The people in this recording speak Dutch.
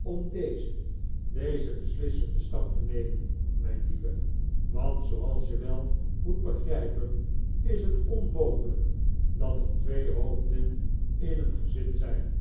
om dezen dezen beslissenden stap te nemen mijn lieve want zooals je wel moet begrijpen is het onmogelijk dat er twee hoofden in een gezin zijn